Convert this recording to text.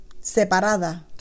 separada